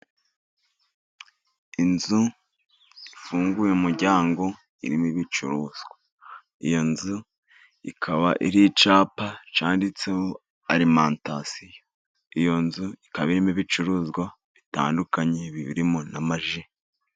Inzu ifunguye umuryango irimo ibicuruzwa. Iyo nzu ikaba iriho icyapa cyanditseho arimantasiyo. Iyo nzu ikaba irimo ibicuruzwa bitandukanye, birimo n'amaji.